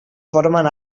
formen